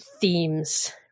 themes